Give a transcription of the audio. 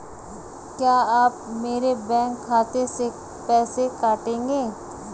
क्या आप मेरे बैंक खाते से पैसे काटेंगे?